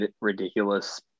ridiculous